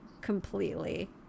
completely